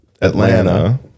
Atlanta